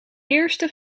eerste